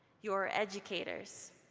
you are educators,